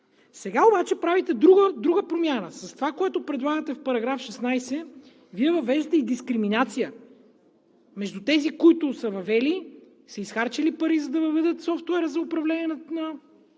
Сега обаче правите друга промяна. С това, което предлагате в § 16, Вие въвеждате и дискриминация между тези, които са въвели, са изхарчили пари, за да въведат софтуера за управление на